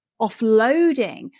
offloading